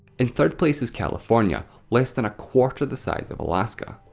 in third place is california, less than a quarter the size of alaska.